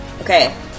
okay